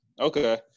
Okay